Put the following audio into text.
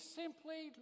simply